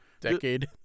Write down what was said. Decade